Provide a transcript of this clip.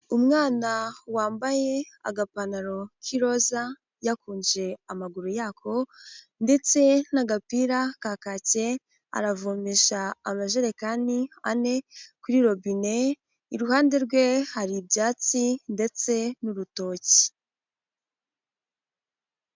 Umwana wambaye agapantaro k'iroza yakunje amaguru yako ndetse n'agapira ka kacye, aravomesha amajerekani ane kuri robine, iruhande rwe hari ibyatsi ndetse n'urutoki.